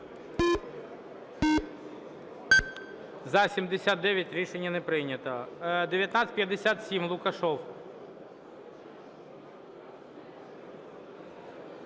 За-79 Рішення не прийнято. 1957, Лукашев.